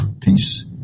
peace